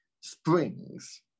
springs